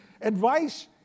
Advice